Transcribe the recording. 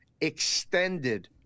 extended